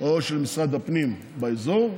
או של משרד הפנים באזור,